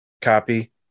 copy